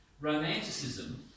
romanticism